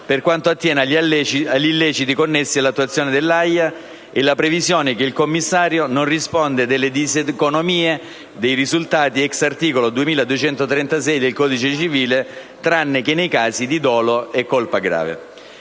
per quanto attiene agli illeciti connessi all'attuazione dell'AIA e la previsione che il commissario non risponde delle diseconomie dei risultati *ex* articolo 2236 del codice civile, tranne che nei casi di dolo e colpa grave.